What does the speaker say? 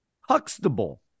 Huxtable